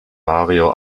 mario